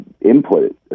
input